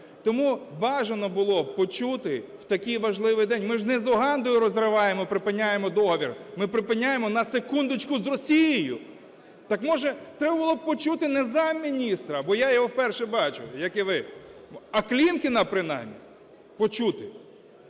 Тому бажано було б почути в такий важливий день, ми ж не з Угандою розриваємо, припиняємо договір, ми припиняємо, на секундочку, з Росією. Так може треба було б почути не замміністра, бо я його вперше бачу, як і ви, а Клімкіна принаймні почути.